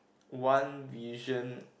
one vision